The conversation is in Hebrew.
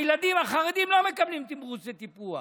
הילדים החרדים לא מקבלים תמרוץ לטיפוח.